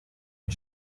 and